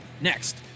next